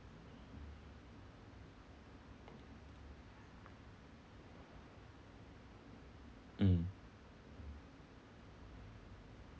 mm